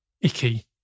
icky